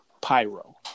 Pyro